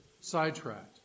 sidetracked